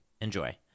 Enjoy